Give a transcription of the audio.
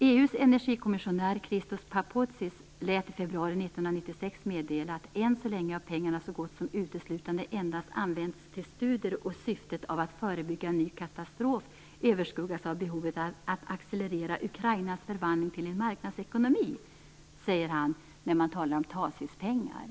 EU:s energikommissionär Christos Papoutsis lät i februari 1996 meddela att pengarna än så länge så gott som uteslutande har använts till studier, och syftet med att förebygga en ny katastrof överskuggas av behovet att accelerera Ukrainas förvandling till en marknadsekonomi. Detta sade han på tal om Tacispengar.